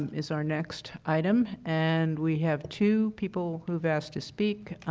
is our next item and we have two people who have asked to speak.